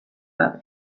gabe